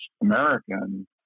American